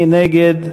מי נגד?